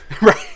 Right